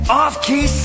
off-key